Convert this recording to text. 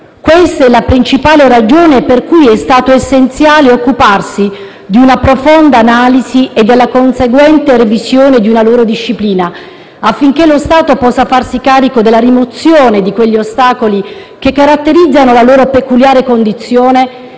Questa è la principale ragione per cui è stato essenziale occuparsi di una profonda analisi e della conseguente revisione di una loro disciplina, affinché lo Stato possa farsi carico della rimozione di quegli ostacoli che caratterizzano la loro peculiare condizione